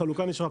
החלוקה נשארה,